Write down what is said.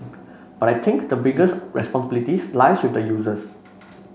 but I think the biggest responsibilities lies with the users